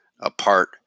Apart